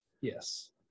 Yes